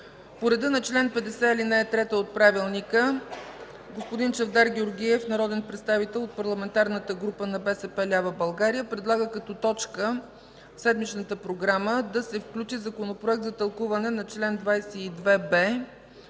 По реда на чл. 50, ал. 3 от Правилника господин Чавдар Георгиев – народен представител от Парламентарната група на БСП лява България, предлага като точка в седмичната програма да се включи Законопроект за тълкуване на чл. 22б